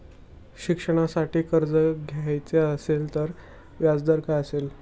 शिक्षणासाठी कर्ज घ्यायचे असेल तर व्याजदर काय असेल?